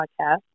podcast